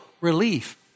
relief